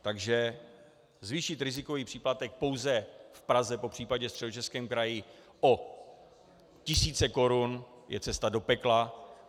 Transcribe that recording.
Takže zvýšit rizikový příplatek pouze v Praze, popřípadě Středočeském kraji o tisíce korun, je cesta do pekla.